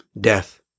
death